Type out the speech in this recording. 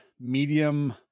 medium